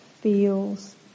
feels